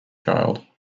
child